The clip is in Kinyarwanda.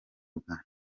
uganda